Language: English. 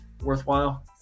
worthwhile